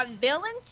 villains